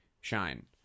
shine